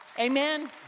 Amen